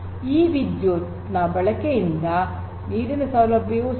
ಈ ವಿದ್ಯುತ್ ನ ಬಳಕೆಯಂತೆ ನೀರಿನ ಸೌಲಭ್ಯವೂ ಸಹ